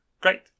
Great